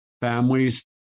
families